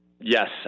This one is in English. Yes